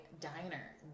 diner